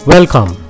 Welcome